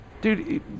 Dude